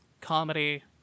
comedy